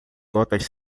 gotas